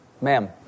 Ma'am